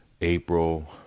April